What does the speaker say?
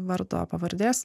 vardo pavardės